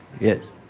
Yes